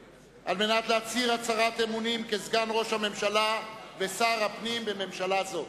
להצהיר הצהרת אמונים כסגן ראש הממשלה ושר הפנים בממשלה זו.